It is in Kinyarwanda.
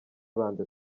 banze